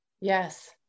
Yes